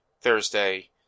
Thursday